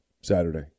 Saturday